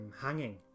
hanging